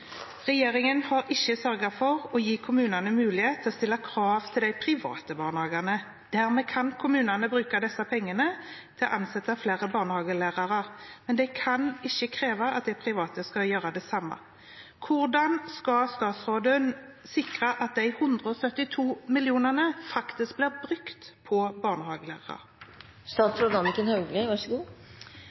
Regjeringen har ikke sørget for å gi kommunene mulighet til å stille krav til de private barnehagene. Dermed kan kommunene bruke disse pengene til å ansette flere barnehagelærere, men de kan ikke kreve at de private skal gjøre det samme. Hvordan skal statsråden sikre at de 172 mill. kr faktisk blir brukt på